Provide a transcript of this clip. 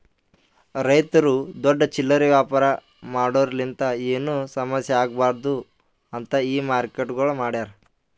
ರೈತುರು ದೊಡ್ಡ ಚಿಲ್ಲರೆ ವ್ಯಾಪಾರ ಮಾಡೋರಲಿಂತ್ ಏನು ಸಮಸ್ಯ ಆಗ್ಬಾರ್ದು ಅಂತ್ ಈ ಮಾರ್ಕೆಟ್ಗೊಳ್ ಮಾಡ್ಯಾರ್